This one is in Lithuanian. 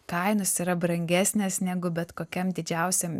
kainos yra brangesnės negu bet kokiam didžiausiam